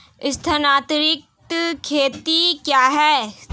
स्थानांतरित खेती क्या है?